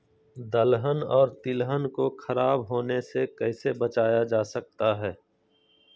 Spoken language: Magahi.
दलहन और तिलहन को खराब होने से कैसे बचाया जा सकता है?